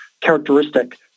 characteristic